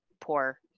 poor